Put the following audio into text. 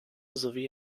sowie